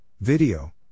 Video